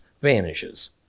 vanishes